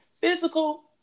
physical